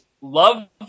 love